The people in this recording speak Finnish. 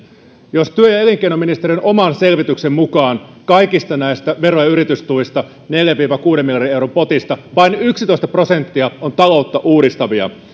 jos työ ja elinkeinoministeriön oman selvityksen mukaan kaikista näistä vero ja yritystuista neljän viiva kuuden miljardin euron potista vain yksitoista prosenttia on taloutta uudistavia